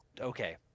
Okay